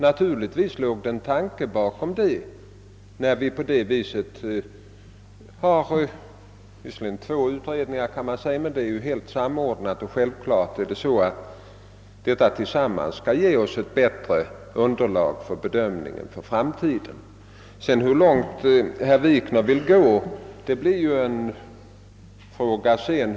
Naturligtvis låg en tanke bakom det. Vi har visserligen två utredningar, kan man säga, men de är helt samordnade och självfallet skall dessa tillsammans ge oss ett bättre underlag för bedömmingen av framtiden. Hur långt herr Wikner vill gå blir en senare fråga.